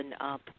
up